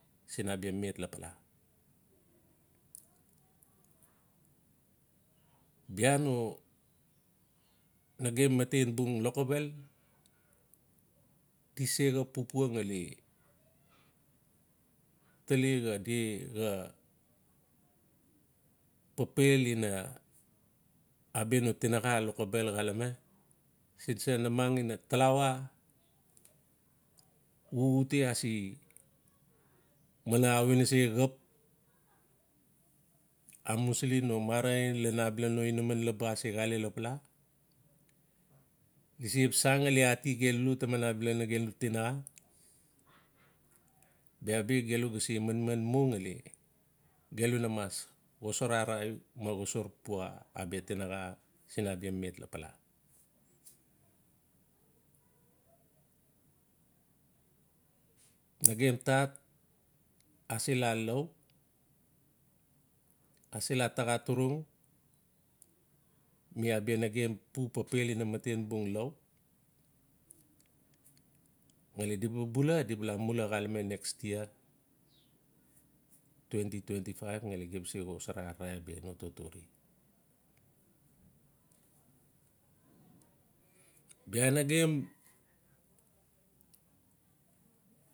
Sun abia met lapala. Bia no nagem matenbung loxobel di se xap papua ngali tali xadi xa papel ina abia no tinaxa lokobel xalame. siin sa. namang en talawa. xuxute a se mana a we na se xap. Amusili no mara ina abala no inaman laba asi xale lapala. gi se xap san ngali ati gelu taman abala nagelu tinaxa. Bia bi gelu ga se manman mu ngali gelu na mas xosar ararai ma xosar pua abia tinaxa siin abia met lapala. Nagem tat ase la lau. ase la taxa turung mi abia nagem bu papel ina matenbung lau. ngali di bula di ba la mula xalame next year. twenty twenty five ngali gem ba se xosara ararai totore. bia nagem.